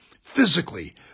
physically